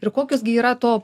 ir kokios gi yra to